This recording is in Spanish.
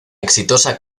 exitosa